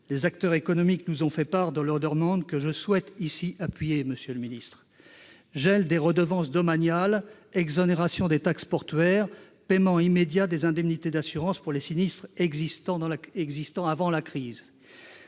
Les acteurs économiques nous ont fait part de leurs demandes, que je souhaite ici appuyer : gel des redevances domaniales, exonération des taxes portuaires et paiement immédiat des indemnités d'assurance pour les sinistres existants avant la crise.